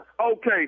Okay